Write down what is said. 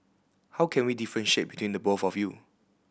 how can we differentiate between the both of you